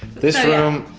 this room,